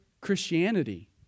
Christianity